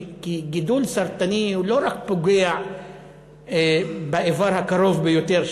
כי גידול סרטני לא רק פוגע באבר הקרוב ביותר,